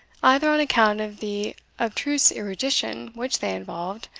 either on account of the abstruse erudition which they involved,